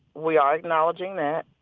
we are acknowledging that.